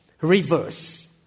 reverse